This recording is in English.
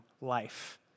life